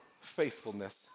faithfulness